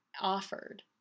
offered